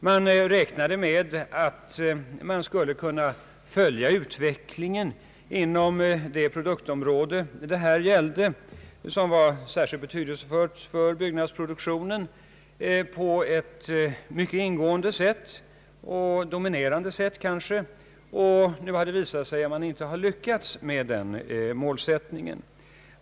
Man räknade med att man skulle kunna följa utvecklingen inom det produktområde det här gällde — som var mycket betydelsefullt för byggnadsproduktionen — på ett mycket ingående och kanske dominerande sätt. Nu har det visat sig att man inte har lyckats med den målsättningen.